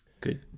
Good